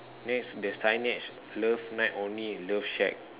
next there's signage one night only love shack